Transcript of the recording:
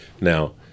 now